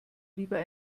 lieber